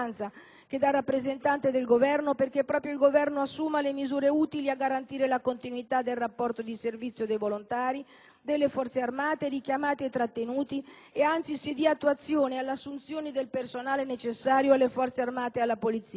che dal rappresentante del Governo, affinché proprio il Governo assuma le misure utili a garantire la continuità del rapporto di servizio dei volontari delle Forze armate richiamati o trattenuti e che, anzi, dia attuazione alle assunzioni del personale necessario alle Forze armate e alla Polizia.